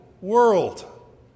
world